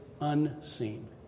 unseen